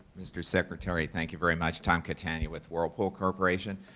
mr. secretary, thank you very much. tom catania with whirlpool corporation.